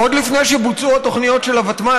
עוד לפני שבוצעו התוכניות של הוותמ"ל,